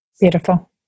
Beautiful